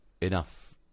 enough